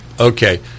Okay